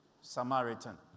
Samaritan